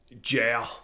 Jail